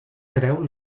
treu